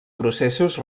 processos